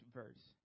verse